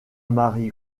mary